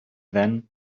then